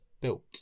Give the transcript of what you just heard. built